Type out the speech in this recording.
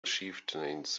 chieftains